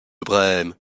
brême